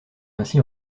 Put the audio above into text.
ainsi